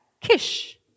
Kish